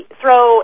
throw